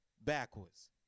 backwards